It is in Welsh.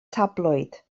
tabloid